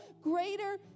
greater